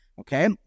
Okay